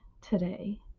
today